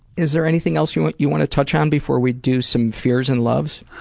is there anything else you want you want to touch on before we do some fears and loves?